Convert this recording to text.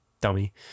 dummy